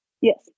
Yes